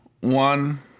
one